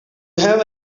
have